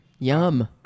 Yum